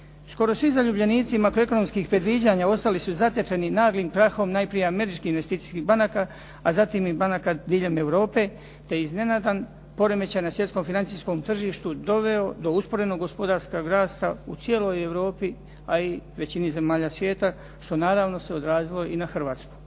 Skoro svi zaljubljenici makroekonomskih predviđanja ostali su zatečeni naglim krahom najprije američkih investicijskih banaka, a zatim i banaka diljem Europe te je iznenadan poremećaj na svjetskom financijskom tržištu doveo do usporenog gospodarskog rasta u cijeloj Europi, a i većini zemalja svijeta što naravno se odrazilo i na Hrvatsku.